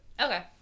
Okay